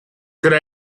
could